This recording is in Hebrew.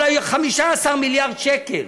אולי 15 מיליארד שקל.